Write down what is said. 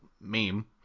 meme